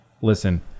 listen